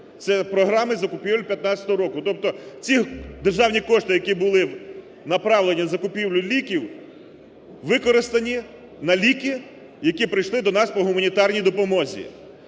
Це програми закупівель 2015 року. Тобто ці державні кошти, які були направлені на закупівлю ліків, використані на ліки, які прийшли до нас по гуманітарній допомозі.